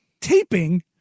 taping